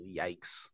yikes